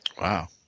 Wow